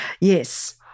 Yes